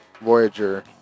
Voyager